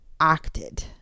acted